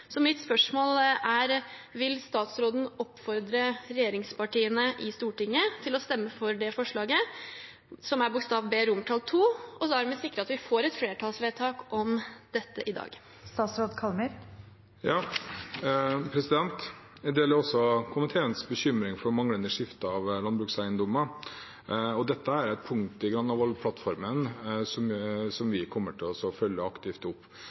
Mitt spørsmål er: Vil statsråden oppfordre regjeringspartiene i Stortinget til å stemme for det forslaget, B II i innstillingen, og dermed sikre at vi får et flertallsvedtak om dette i dag? Jeg deler komiteens bekymring for manglende skifte av landbrukseiendommer. Dette er et punkt i Granavolden-plattformen som vi kommer til å følge opp aktivt.